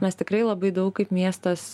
mes tikrai labai daug kaip miestas